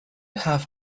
have